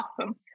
Awesome